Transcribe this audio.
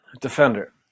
defender